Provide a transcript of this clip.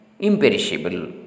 imperishable